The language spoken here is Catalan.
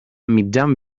mitjan